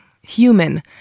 human